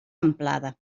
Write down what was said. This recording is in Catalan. amplada